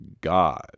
God